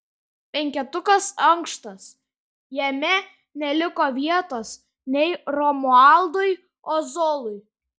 penketukas ankštas jame neliko vietos nei romualdui ozolui